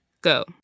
go